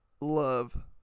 love